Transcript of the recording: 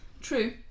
True